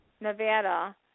Nevada